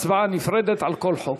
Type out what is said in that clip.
הצבעה נפרדת על כל חוק.